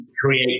create